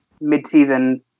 mid-season